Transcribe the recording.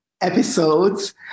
episodes